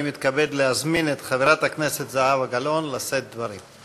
אני מתכבד להזמין את חברת הכנסת זהבה גלאון לשאת דברים.